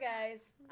guys